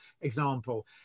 example